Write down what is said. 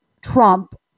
Trump